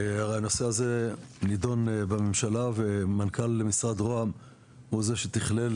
הנושא הזה נדון בממשלה ומנכ"ל משרד רוה"מ הוא זה שתכלל